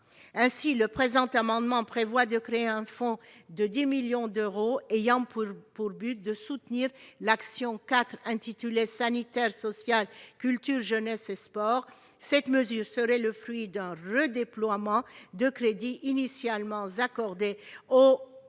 Ainsi, le présent amendement tend à créer un fonds de 10 millions d'euros ayant pour but de soutenir l'action n° 04, Sanitaire, social, culture, jeunesse et sports. Cette mesure serait le fruit d'un redéploiement de crédits initialement accordés à